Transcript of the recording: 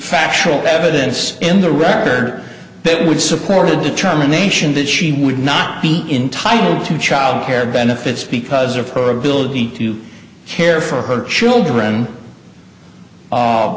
factual evidence in the record that would support a determination that she would not be entitle to childcare benefits because of her ability to care for her children